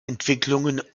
entwicklungen